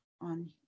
on